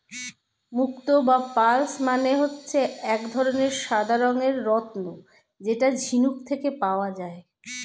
মুক্তো বা পার্লস মানে হচ্ছে এক ধরনের সাদা রঙের রত্ন যেটা ঝিনুক থেকে পাওয়া যায়